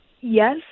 yes